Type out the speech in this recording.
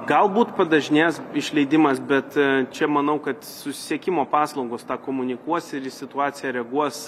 galbūt padažnės išleidimas bet čia manau kad susisiekimo paslaugos tą komunikuos ir į situaciją reaguos